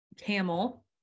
camel